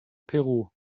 peru